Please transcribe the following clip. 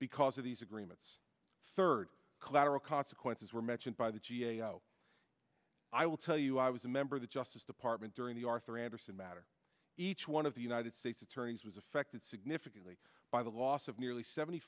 because of these agreements third collateral consequences were mentioned by the g a o i will tell you i was a member of the justice department during the arthur andersen matter each one of the united states attorneys was affected significantly by the loss of nearly seventy